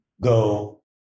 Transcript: go